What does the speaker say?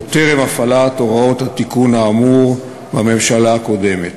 עוד טרם הפעלת הוראות התיקון האמור בממשלה הקודמת.